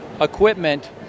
equipment